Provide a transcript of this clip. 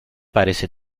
parece